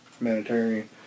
humanitarian